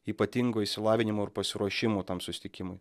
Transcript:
ypatingo išsilavinimo ir pasiruošimo tam susitikimui